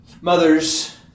mothers